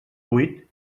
vuit